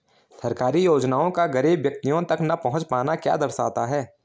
सरकारी योजनाओं का गरीब व्यक्तियों तक न पहुँच पाना क्या दर्शाता है?